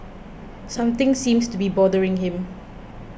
something seems to be bothering him